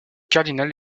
cardinal